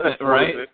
right